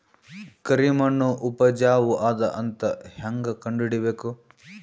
ಕರಿಮಣ್ಣು ಉಪಜಾವು ಅದ ಅಂತ ಹೇಂಗ ಕಂಡುಹಿಡಿಬೇಕು?